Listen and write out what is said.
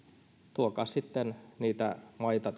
tuokaa sitten tähän pöytään niitä maita